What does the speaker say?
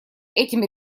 этими